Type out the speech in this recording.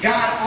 God